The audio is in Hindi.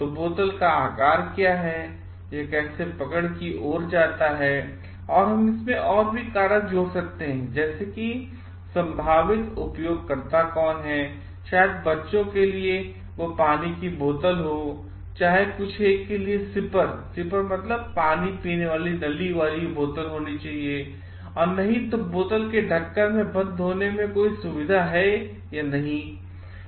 तो बोतल का आकार क्या है यह कैसेपकड़ कीओरजाता है और हम और भी कारक जोड़ सकते हैं जैसे कि संभावित उपयोगकर्ता कौन हैं शायद बच्चों के लिए चाहे वह पानी की बोतल के लिए हो चाहे कुछ sipper होना चाहिए या नहीं अथवा बोतल के ढक्कन में बंद होने की सुविधा या नहीं